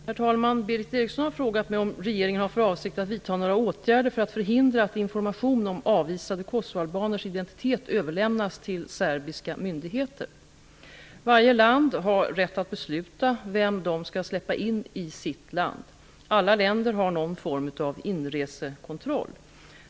Herr talman! Berith Eriksson har frågat mig om regeringen har för avsikt att vidta några åtgärder för att förhindra att information om avvisade kosovoalbaners identitet överlämnas till serbiska myndigheter. Varje land har rätt att besluta vem man skall släppa in i sitt land. Alla länder har någon form av inresekontroll.